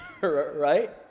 right